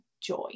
joy